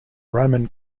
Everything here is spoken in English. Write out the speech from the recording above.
roman